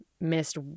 missed